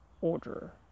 order